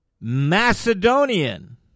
Macedonian